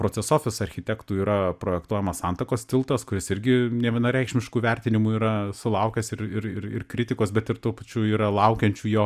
processoffice architektų yra projektuojamas santakos tiltas kuris irgi nevienareikšmiškų vertinimų yra sulaukęs ir ir ir ir kritikos bet ir tuo pačiu yra laukiančių jo